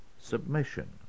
submission